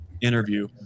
interview